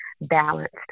balanced